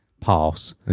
pass